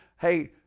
hey